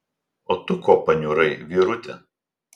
o tu ko paniurai vyruti